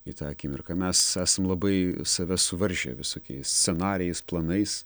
į tą akimirką mes esam labai save suvaržę visokiais scenarijais planais